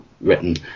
written